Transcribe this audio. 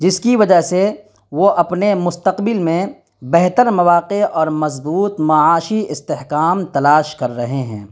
جس کی وجہ سے وہ اپنے مستقبل میں بہتر مواقع اور مضبوط معاشی استحکام تلاش کر رہے ہیں